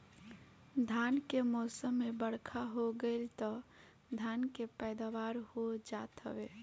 धान के मौसम में बरखा हो गईल तअ धान के पैदावार हो जात हवे